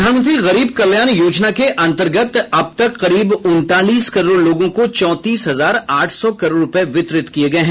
प्रधानमंत्री गरीब कल्याण योजना के अंतर्गत अब तक करीब उनतालीस करोड़ लोगों को चौतीस हजार आठ सौ करोड रूपये वितरित किये गये हैं